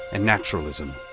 and naturalism.